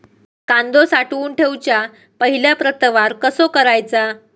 कांदो साठवून ठेवुच्या पहिला प्रतवार कसो करायचा?